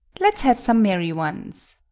let's have some merry ones.